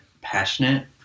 passionate